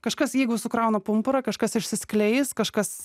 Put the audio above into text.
kažkas jeigu sukrauna pumpurą kažkas išsiskleis kažkas